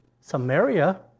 Samaria